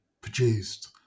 produced